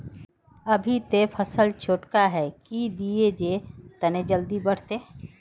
अभी ते फसल छोटका है की दिये जे तने जल्दी बढ़ते?